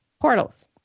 portals